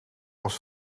was